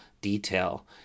detail